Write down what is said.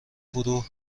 فرو